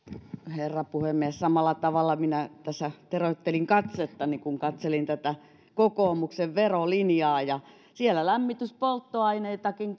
herra puhemies samalla tavalla minä tässä teroittelin katsettani kun katselin tätä kokoomuksen verolinjaa siellä lämmityspolttoaineitakin